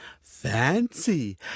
fancy